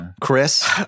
Chris